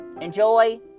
enjoy